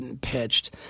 pitched